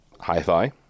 Hi-Fi